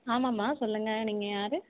ஆமாம்மா சொல்லுங்கள் நீங்கள் யாரு